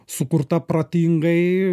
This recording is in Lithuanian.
sukurta protingai